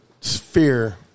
sphere